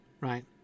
right